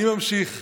אני ממשיך.